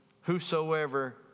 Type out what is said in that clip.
whosoever